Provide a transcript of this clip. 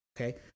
okay